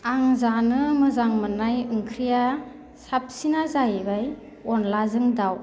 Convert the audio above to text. आं जानो मोजां मोननाय ओंख्रिया साबसिना जाहैबाय अनद्लाजों दाउ